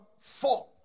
four